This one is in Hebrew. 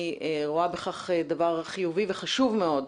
אני רואה בכך דבר חיובי וחשוב מאוד.